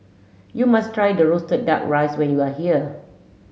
you must try the Roasted Duck Rice when you are here